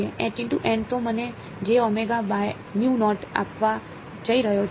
તો મને આપવા જઈ રહ્યો છે બીજું શું